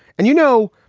and, you know,